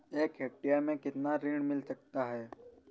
एक हेक्टेयर में कितना ऋण मिल सकता है?